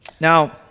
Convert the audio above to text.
Now